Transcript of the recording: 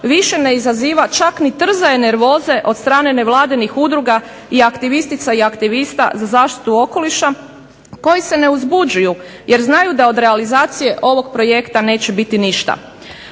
više ne izaziva čak ni trzaj nervoze od strane nevladinih udruga i aktivistica i aktivista za zaštitu okoliša koji se ne uzbuđuju jer znaju da od realizacije ovog projekta neće biti ništa.